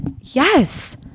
yes